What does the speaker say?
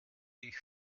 ich